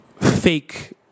fake